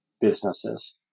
businesses